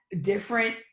different